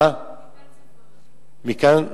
מכאן צפונה.